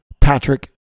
Patrick